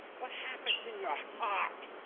what happens in your heart?